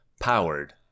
powered